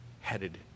headed